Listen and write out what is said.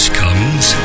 comes